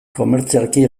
komertzialki